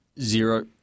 Zero